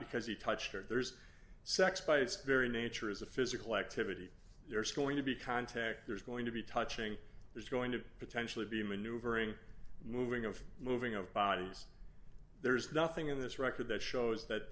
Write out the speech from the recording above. because he touched her there's sex by its very nature is a physical activity you're still going to be contact there's going to be touching there's going to potentially be maneuvering moving of moving of bodies there's nothing in this record that shows that